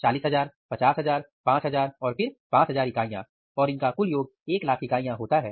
40000 50000 5000 और फिर 5000 इकाइयां और इन का कुल योग 100000 इकाइयां होता है